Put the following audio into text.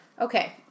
Okay